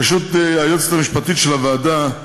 פשוט היועצת המשפטית של הוועדה,